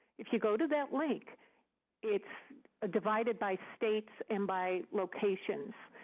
if you go to that link it's divided by states and by locations.